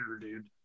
dude